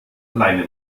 alleine